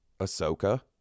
Ahsoka